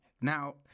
Now